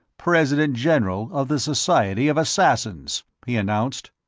president-general of the society of assassins, he announced.